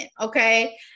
Okay